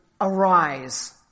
arise